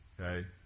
Okay